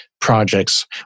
projects